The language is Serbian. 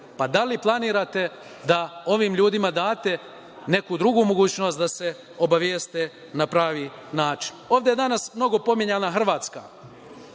pa da li planirate da ovim ljudima date neku drugu mogućnost da se obaveste na pravi način? Ovde je danas mnogo pominjana Hrvatska,